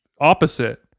opposite